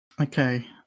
Okay